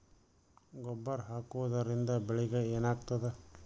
ಗೊಬ್ಬರ ಹಾಕುವುದರಿಂದ ಬೆಳಿಗ ಏನಾಗ್ತದ?